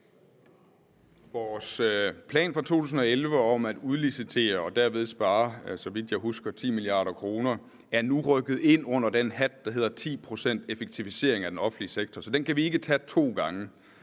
Vores plan fra 2011 om at udlicitere og derved spare, så vidt jeg husker, 10 mia. kr. er nu rykket ind under den hat, der hedder 10 pct. effektiviseringer i den offentlige sektor, så dem kan vi ikke tage to gange.